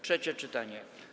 Trzecie czytanie.